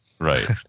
Right